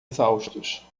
exaustos